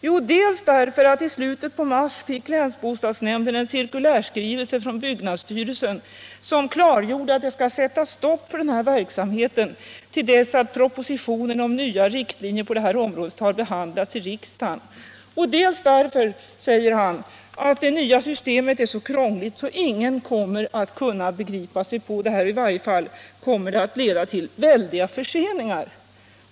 Jo, därför att i slutet av mars fick länsbostadsnämnden en cirkulärskrivelse från byggnadsstyrelsen där det klargjordes att man skall stoppa denna verksamhet till dess propositionen om nya riktlinjer på området har behandlats i riksdagen. Därtill kommer, säger länsbostadsdirektören, att det nya systemet är så krångligt att ingen kommer att kunna begripa sig på det. I varje fall kommer det att leda till stora förseningar.